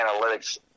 analytics